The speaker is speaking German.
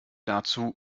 dazu